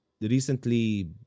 recently